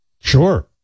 Sure